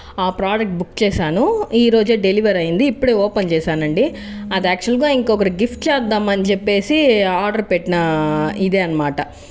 ఆ product book చేశాను ఈరోజు డెలివరీ అయింది ఇప్పుడు ఓపెన్ చేశాను అండి అది యాక్చువల్గా అది ఇంకొకరికి గిఫ్ట్ చేద్దామని చెప్పి ఆర్డర్ పెట్టినా ఇదే అన్నమాట